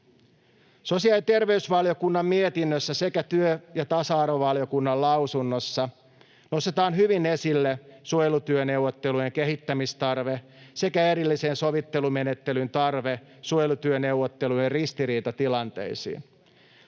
Sosiaali- ja terveysvaliokunnan mietinnössä sekä työ- ja tasa-arvovaliokunnan lausunnossa nostetaan hyvin esille suojelutyöneuvottelujen kehittämistarve sekä erillisen sovittelumenettelyn tarve suojelutyöneuvottelujen ristiriitatilanteisiin.